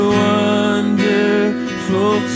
wonderful